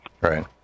Right